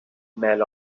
smell